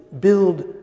build